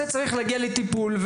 וצריך שהוא יגיע לטיפול,